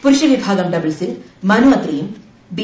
പുരുഷ വിഭാഗം ഡബിൾസിൽ മനു അത്രിയും ബി